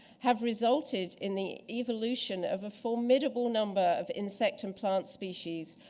have resulted in the evolution of a formidable number of insect and plant species,